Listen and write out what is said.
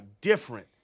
different